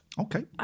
Okay